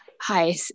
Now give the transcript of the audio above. Hi